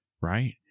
right